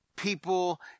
people